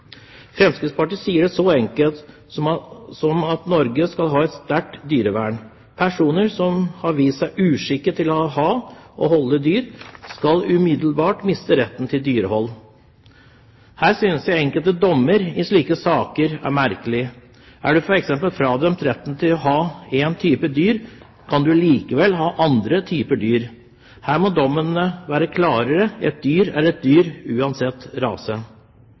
Fremskrittspartiet sier det så enkelt som at Norge skal ha et sterkt dyrevern. Personer som har vist seg uskikket til å ha og holde dyr, skal umiddelbart miste retten til dyrehold. Her synes jeg enkelte dommer i slike saker er merkelige. Er du f.eks. fradømt retten til å ha en type dyr, kan du allikevel ha andre typer dyr. Her må dommen være klarere; et dyr er et dyr uansett